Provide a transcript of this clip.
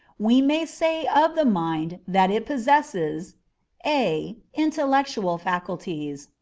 we may say of the mind that it possesses a. intellectual faculties.